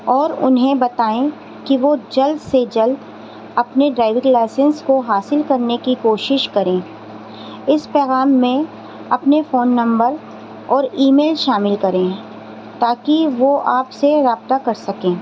اور انہیں بتائیں کہ وہ جلد سے جلد اپنے ڈرائیونگ لائسنس کو حاصل کرنے کی کوشش کریں اس پیغام میں اپنے فون نمبر اور ای میل شامل کریں تا کہ وہ آپ سے رابطہ کر سکیں